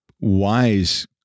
wise